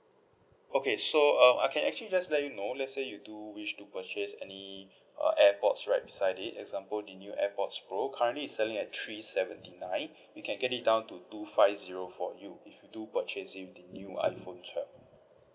okay so uh I can actually just let you know let's say you do wish to purchase any uh airpods right beside it example the new airpods pro currently it's selling at three seventy nine you can get it down to two five zero for you if you do purchasing the new iphone twelve